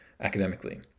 academically